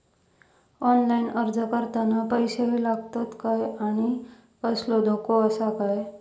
Online अर्ज करताना पैशे लागतत काय आनी कसलो धोको आसा काय?